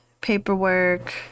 paperwork